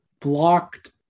blocked